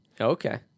Okay